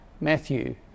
Matthew